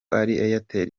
airtel